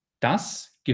Das